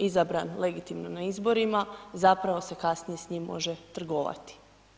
izabran legitimnim izborima, zapravo se kasnije s njim može trgovati.